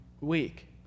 week